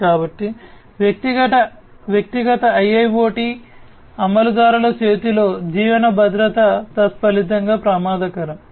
కాబట్టి వ్యక్తిగత IIoT అమలుదారుల చేతిలో జీవన భద్రత తత్ఫలితంగా ప్రమాదకరం